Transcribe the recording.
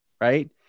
right